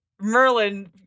Merlin